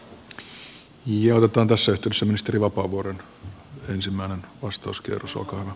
otetaan tässä yhteydessä ministeri vapaavuoren ensimmäinen vastauskierros olkaa hyvä